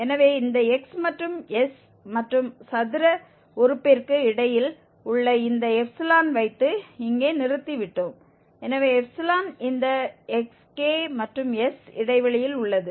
எனவே இந்த x மற்றும் s மற்றும் சதுர உறுப்பிற்கு இடையில் உள்ள இந்த ξ வைத்து இங்கே நிறுத்திவிட்டோம் எனவே ξ இந்த xk மற்றும் s இடைவெளியில் உள்ளது